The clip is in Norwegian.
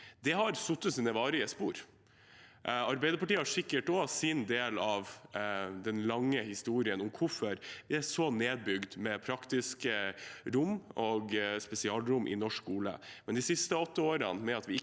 Det har satt sine varige spor. Arbeiderpartiet har sikkert sin del av den lange historien om hvorfor det er bygd ned praktiske rom og spesialrom i norsk skole, men de siste åtte årene – ved at vi ikke